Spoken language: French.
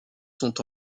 sont